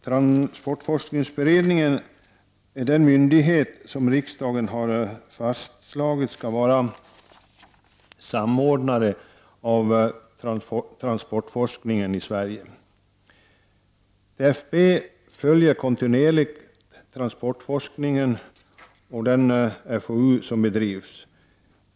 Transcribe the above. Transportforskningsberedningen är den myndighet som riksdagen har fastslagit skall vara samordnare av transportforskningen i Sverige. TFB föl jer kontinuerligt transportforskningen och det forskningsoch utvecklingsarbete som bedrivs.